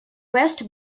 west